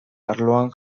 arloan